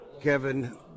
Kevin